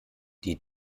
die